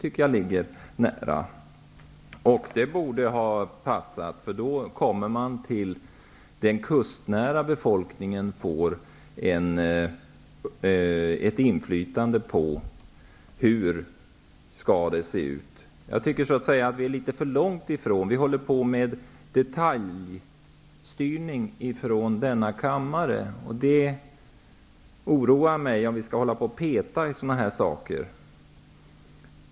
Vårt förslag borde alltså ha passat, för därmed får den kustnära befolkningen ett inflytande på utformningen. Vi är litet för långt från verkligheten. Vi i denna kammare håller ju på med detaljstyrning. Det oroar mig om vi skall peta med sådana här detaljer.